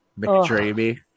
McDreamy